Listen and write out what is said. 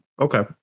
Okay